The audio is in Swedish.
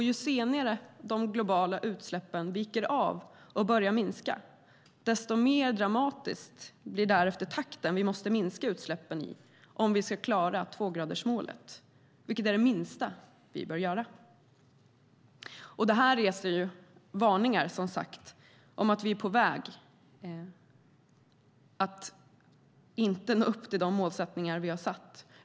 Ju senare de globala utsläppen viker av och börjar minska, desto mer dramatisk blir därefter takten vi måste minska utsläppen i om vi ska klara tvågradersmålet, vilket är det minsta vi bör göra. Detta reser som sagt varningar om att vi är på väg att inte nå upp till de målsättningar vi har satt.